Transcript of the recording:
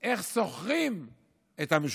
איך שוכרים את המשותפת?